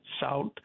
South